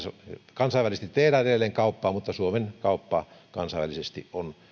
kansainvälisesti tehdään edelleen kauppaa mutta suomen kauppa kansainvälisesti on